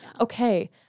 Okay